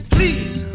Please